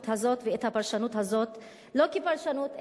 הזאת ואת הפרשנות הזאת לא כפרשנות,